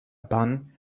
bun